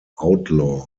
outlaw